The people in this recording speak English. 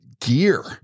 gear